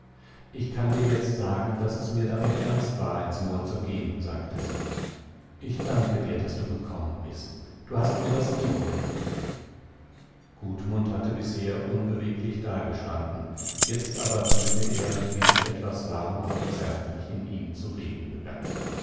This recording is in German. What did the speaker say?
ich kann dir jetzt sagen daß es mir damit ernst war ins moor zu gehen sagte sie ich danke dir daß du gekommen bist du hast mir das leben gerettet gudmund hatte bisher unbeweglich dagestanden jetzt aber fühlte er wie sich etwas warm und zärtlich in ihm zu regen begann